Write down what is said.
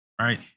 right